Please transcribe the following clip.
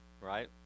right